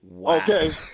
Okay